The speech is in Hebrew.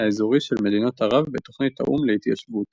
האזורי של מדינות ערב בתוכנית האו"ם להתיישבות.